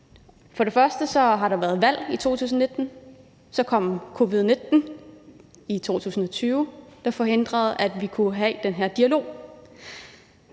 For det første har der været valg i 2019, så kom covid-19 i 2020, der forhindrede, at vi kunne have den her dialog.